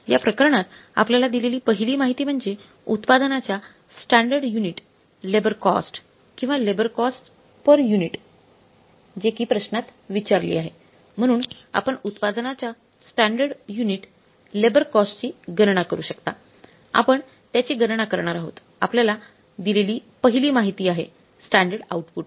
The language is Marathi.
या प्रकरणात आपल्याला दिलेली पहिली माहिती म्हणजे उत्पादनाच्या स्टँडर्ड युनिट लेबर कॉस्ट किंवा लेबर कॉस्ट पेर युनिट जे कि प्रश्नांत विचारली आहे म्हणून आपण उत्पादनाच्या स्टँडर्ड युनिट लेबर कॉस्ट ची गणना करू शकता आपण त्याची गणना करणार आहोत आपल्याला दिलेली पहिली माहिती आहे स्टँडर्ड आउटपुट